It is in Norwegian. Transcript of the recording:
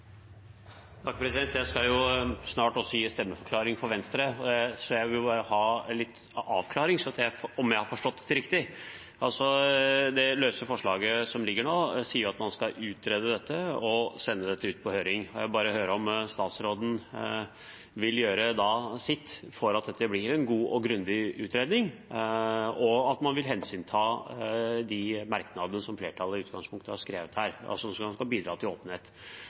Jeg skal snart gi en stemmeforklaring for Venstre, så jeg vil be om en avklaring, slik at jeg forstår dette riktig. I det løse forslaget som foreligger her nå, ber man regjeringen utrede dette og sende det ut på høring. Jeg vil bare høre om statsråden vil gjøre sitt til at dette blir en god og grundig utredning, og at man vil hensynta de merknadene som flertallet i utgangspunktet har skrevet, som kan bidra til åpenhet.